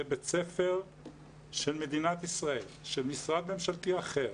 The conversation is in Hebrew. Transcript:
זה בית ספר של מדינת ישראל, של משרד ממשלתי אחר,